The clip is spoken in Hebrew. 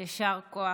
יישר כוח.